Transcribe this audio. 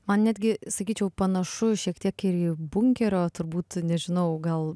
man netgi sakyčiau panašu šiek tiek ir į bunkerio turbūt nežinau gal